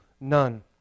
None